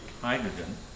hydrogen